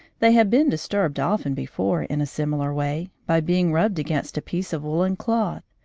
they had been disturbed often before in a similar way, by being rubbed against a piece of woollen cloth,